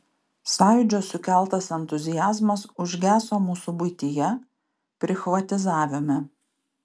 sąjūdžio sukeltas entuziazmas užgeso mūsų buityje prichvatizavime